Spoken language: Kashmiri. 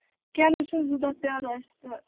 کیٚنٛہہ نہَ حظ چھُنہٕ زٕ دۄہ پیٛارو أسۍ تہٕ